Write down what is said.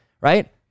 right